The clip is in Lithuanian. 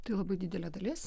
tai labai didelė dalis